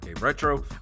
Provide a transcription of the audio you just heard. retro